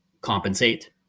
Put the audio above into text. compensate